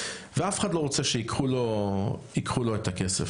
ואף אחד לא רוצה שייקחו לו את הכסף,